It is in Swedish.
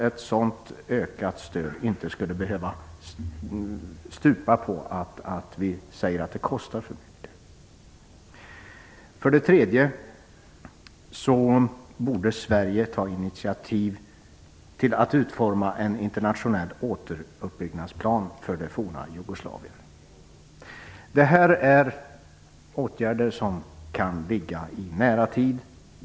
Ett sådant ökat stöd skulle inte behöva stupa på att det kostar för mycket. Vidare borde Sverige ta initiativ till att utforma en internationell återuppbyggnadsplan för det forna Jugoslavien. Det här är åtgärder som kan ligga nära i tiden.